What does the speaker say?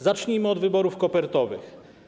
Zacznijmy od wyborów kopertowych.